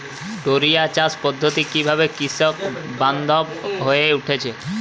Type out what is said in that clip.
টোরিয়া চাষ পদ্ধতি কিভাবে কৃষকবান্ধব হয়ে উঠেছে?